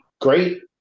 Great